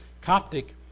Coptic